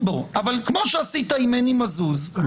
אבל כמו שעשית עם מני מזוז --- אני